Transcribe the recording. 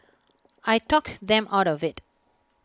I talked them out of IT